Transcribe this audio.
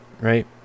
right